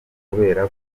kubera